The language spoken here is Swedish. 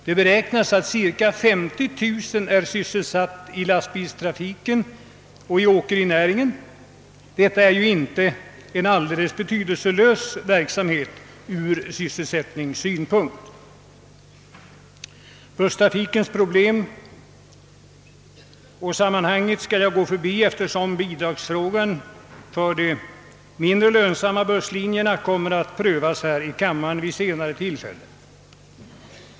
Det beräknas att cirka 50 000 personer är sysselsatta i lastbilstrafiken och åkerinäringen, så detta är inte en alldeles betydelselös verksamhet ur sysselsättningssynpunkt. Busstrafikens förhållanden skall jag gå förbi, eftersom frågan om bidrag för de mindre lönsamma busslinjerna kommer att prövas här i kammaren vid ett senare tillfälle.